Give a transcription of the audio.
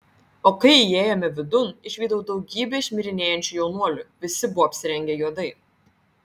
o kai įėjome vidun išvydau daugybę šmirinėjančių jaunuolių visi buvo apsirengę juodai